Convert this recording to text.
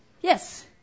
Yes